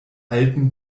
alten